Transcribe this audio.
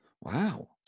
Wow